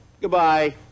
Goodbye